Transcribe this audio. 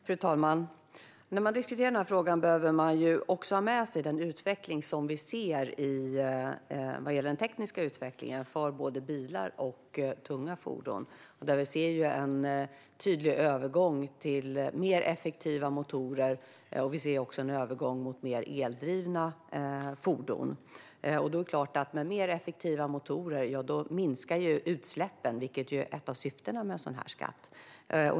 Fru talman! När vi diskuterar denna fråga behöver vi ha med oss den tekniska utveckling som vi ser för både bilar och tunga fordon. Vi ser en tydlig övergång till mer effektiva motorer. Vi ser också en övergång mot mer eldrivna fordon. Med mer effektiva motorer minskar ju utsläppen, vilket är ett av syftena med en sådan här skatt.